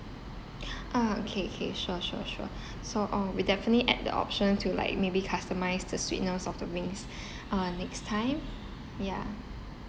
ah okay K sure sure sure so orh we'll definitely add the option to like maybe customise the sweetness of the wings uh next time yeah